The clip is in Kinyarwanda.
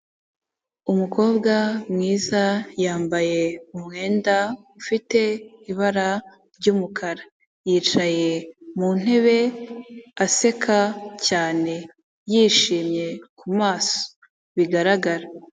Umukobwa mwiza yambaye umwenda ufite ibara ry'umukara yicaye mu ntebe aseka cyane yishimye ku maso bigaragara.